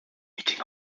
meeting